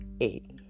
eight